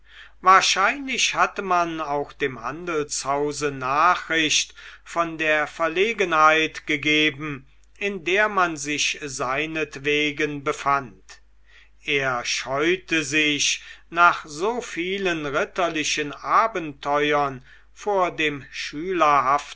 wahrscheinlich hatte man auch dem handelshause nachricht von der verlegenheit gegeben in der man sich seinetwegen befand er scheute sich nach so vielen ritterlichen abenteuern vor dem